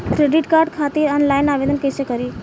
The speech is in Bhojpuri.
क्रेडिट कार्ड खातिर आनलाइन आवेदन कइसे करि?